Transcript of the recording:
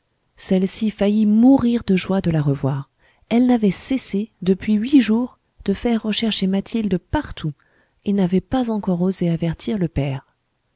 celle-ci faillit mourir de joie de la revoir elle n'avait cessé depuis huit jours de faire rechercher mathilde partout et n'avait pas encore osé avertir le père